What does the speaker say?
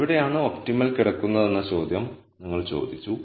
എവിടെയാണ് ഒപ്റ്റിമൽ കിടക്കുന്നതെന്ന ചോദ്യം നിങ്ങൾ ചോദിച്ചു